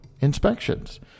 inspections